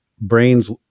brains